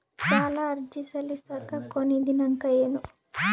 ಸಾಲ ಅರ್ಜಿ ಸಲ್ಲಿಸಲಿಕ ಕೊನಿ ದಿನಾಂಕ ಏನು?